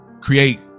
create